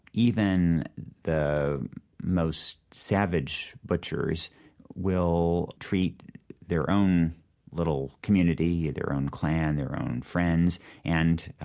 even the most savage butchers will treat their own little community, their own clan, their own friends and, ah